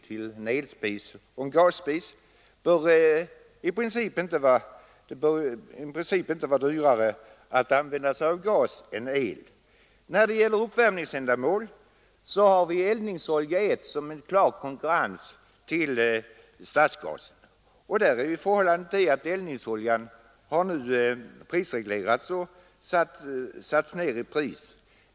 Gasen till en gasspis bör i princip inte vara dyrare än elektriciteten till en elspis. När det gäller uppvärmningsändamål har vi eldningsolja I som en klar konkurrent till stadsgasen. Här är förhållandet det att eldningsoljan har prisreglerats och sats ned i pris.